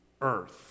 earth